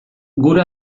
gure